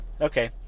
Okay